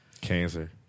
Cancer